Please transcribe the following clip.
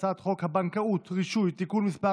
והצעת חוק מיסוי רווחים ממשאב טבע (תיקון מס'